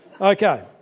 Okay